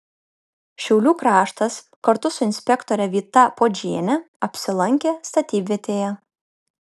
šiaulių kraštas kartu su inspektore vyta puodžiene apsilankė statybvietėje